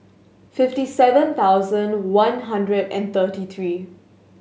fifty seven thousand one hundred and thirty three